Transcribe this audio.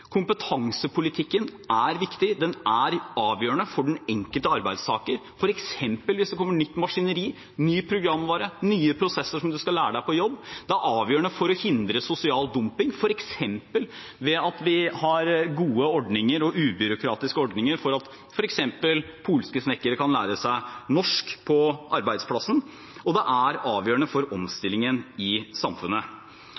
Kompetansepolitikken er viktig. Den er avgjørende for den enkelte arbeidstaker, f.eks. hvis det kommer nytt maskineri, ny programvare eller nye prosesser på jobb som man skal lære seg. Den er avgjørende for å hindre sosial dumping, f.eks. ved at vi har gode, ubyråkratiske ordninger for at f.eks. polske snekkere kan lære seg norsk på arbeidsplassen. Og den er avgjørende for